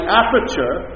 aperture